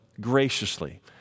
graciously